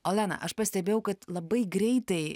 olena aš pastebėjau kad labai greitai